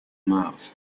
mouth